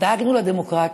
דאגנו לדמוקרטיה,